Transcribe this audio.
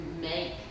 make